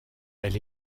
elle